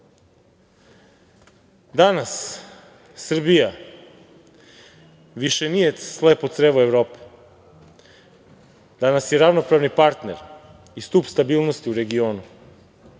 Srbija više nije slepo crevo Evrope, danas je ravnopravni partner i stub stabilnosti u regionu,